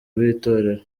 bw’itorero